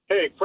Hey